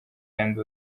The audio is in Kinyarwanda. kandi